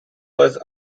was